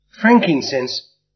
Frankincense